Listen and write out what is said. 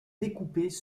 découpés